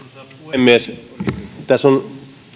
puhemies tässä on